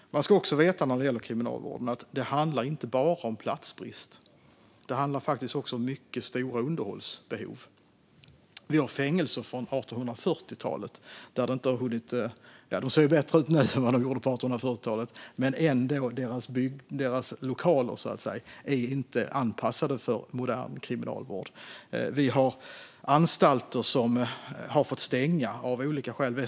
När det gäller Kriminalvården handlar det inte bara om platsbrist, utan det handlar också om mycket stora underhållsbehov. Vi har fängelser från 1840-talet. De ser bättre ut nu än vad de gjorde då, men lokalerna är inte anpassade till modern kriminalvård. Vi har anstalter som har fått stänga av olika skäl.